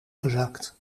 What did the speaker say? gezakt